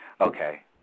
okay